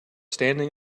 standing